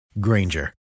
Granger